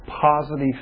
positive